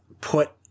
put